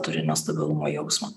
turi nestabilumo jausmą